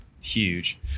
huge